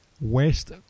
West